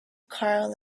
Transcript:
karl